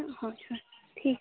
হয় হয় ঠিক আছে